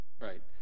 Right